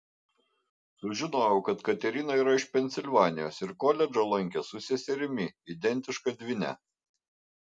sužinojau kad katerina yra iš pensilvanijos ir koledžą lankė su seserimi identiška dvyne